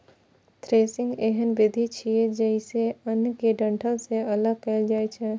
threshing एहन विधि छियै, जइसे अन्न कें डंठल सं अगल कैल जाए छै